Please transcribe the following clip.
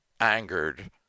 angered